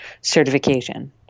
certification